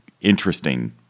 interesting